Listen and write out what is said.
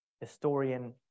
historian